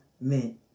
meant